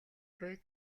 буй